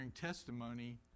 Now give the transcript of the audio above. testimony